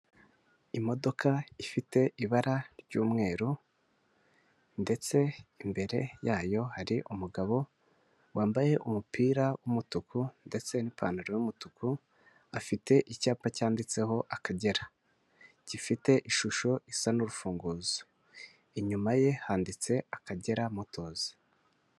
Imodoka ifite ibara ry'umweru ndetse imbere yayo hari umugabo wambaye umupira w'umutuku ndetse n'ipantaro y'umutuku afite icyapa cyanditseho Akagera gifite ishusho isa n'urufunguzo, inyuma ye handitse Akagera Motos.